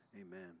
Amen